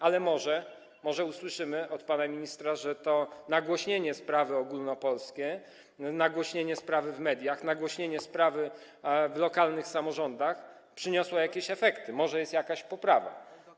Ale może usłyszymy od pana ministra, że to nagłośnienie sprawy ogólnopolskie, nagłośnienie sprawy w mediach, nagłośnienie sprawy w lokalnych samorządach przyniosło jakieś efekty, może jest jakaś poprawa.